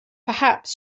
perhaps